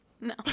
No